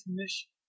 mission